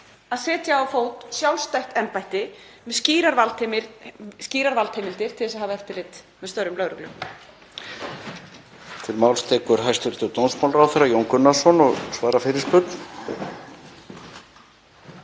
að setja á fót sjálfstætt embætti með skýrar valdheimildir til að hafa eftirlit með störfum lögreglu?